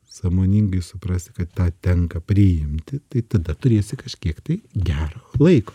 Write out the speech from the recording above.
sąmoningai suprasti kad tą tenka priimti tai tada turėsi kažkiek tai gero laiko